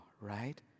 right